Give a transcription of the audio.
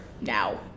now